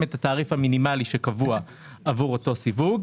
את התעריף המינימלי שקבוע עבור אותו סיווג.